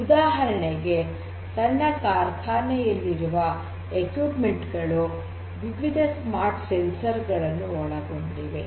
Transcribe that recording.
ಉದಾಹರಣೆಗೆ ಸಣ್ಣ ಕಾರ್ಖಾನೆಯಲ್ಲಿರುವ ಉಪಕರಣಗಳು ವಿವಿಧ ಸ್ಮಾರ್ಟ್ ಸಂವೇದಕಗಳನ್ನು ಒಳಗೊಂಡಿವೆ